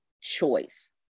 choice